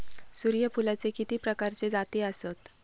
सूर्यफूलाचे किती प्रकारचे जाती आसत?